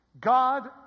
God